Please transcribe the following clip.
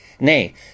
nay